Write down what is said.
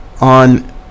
on